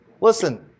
Listen